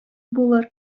булыр